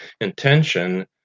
intention